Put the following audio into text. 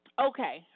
Okay